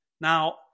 Now